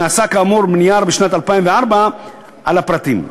נכתב כאמור נייר בשנת 2004 על הפרטים,